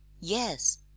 yes